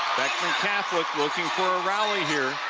catholic looking for a rally here.